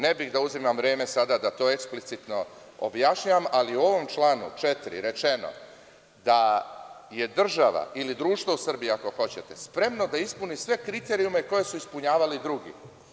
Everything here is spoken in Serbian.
Ne bih da uzimam vreme sada, da to eksplicitno objašnjavam, ali u ovom članu 4. je rečeno da je država ili društvo u Srbiji, ako hoćete, spremno da ispune sve kriterijume koji su ispunjavali i drugi.